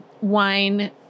wine